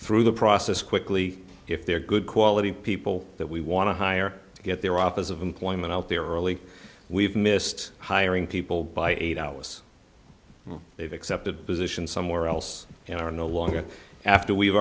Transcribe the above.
through the process quickly if they're good quality people that we want to hire to get their office of employment out there early we've missed hiring people by eight hours they've accepted a position somewhere else and are no longer after we've